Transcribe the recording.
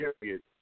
period